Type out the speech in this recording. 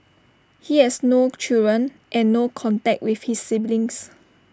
he has no children and no contact with his siblings